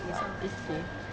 oh it's okay